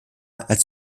als